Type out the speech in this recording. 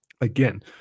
Again